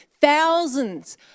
thousands